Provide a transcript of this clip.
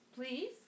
Please